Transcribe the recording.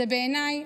בעיניי,